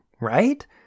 right